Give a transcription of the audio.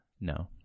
No